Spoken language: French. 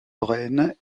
lorraine